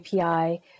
API